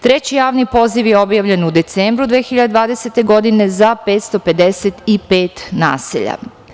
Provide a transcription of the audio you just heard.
Treći javni poziv je objavljen u decembru 2020. godine za 555 naselja.